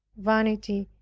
vanity,